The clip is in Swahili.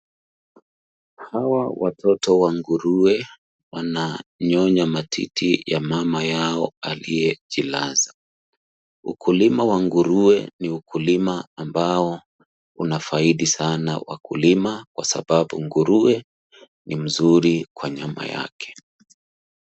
Hawa watoto wa nguruwe wananyonya matiti ya mama yao aliyejilaza. Ukulima wa nguruwe ni ukulima ambao unafaidi sana wakulima kwa sababu nguruwe ni mzuri kwa nyama yake.